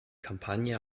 kampagne